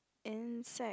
inside